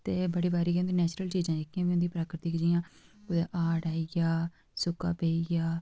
ते बड़ी बारी गै नैचुरल चीजां जेह्कियां बी होंदियां प्राकृतिक जि'यां कुतै हाड़ आई आ सुक्का पेई आ